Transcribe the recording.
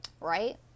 Right